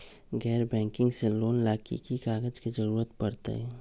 गैर बैंकिंग से लोन ला की की कागज के जरूरत पड़तै?